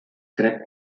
crec